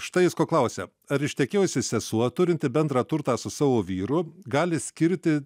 štai jis ko klausia ar ištekėjusi sesuo turinti bendrą turtą su savo vyru gali skirti